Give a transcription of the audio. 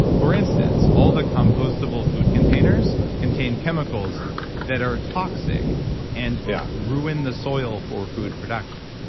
for instance, all the compostable food containers contain chemicals that are toxic and yeah ruin the soil for food production,